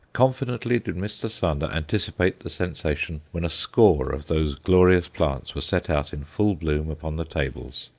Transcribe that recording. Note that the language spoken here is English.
confidently did mr. sander anticipate the sensation when a score of those glorious plants were set out in full bloom upon the tables.